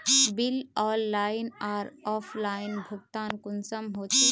Bill online आर offline भुगतान कुंसम होचे?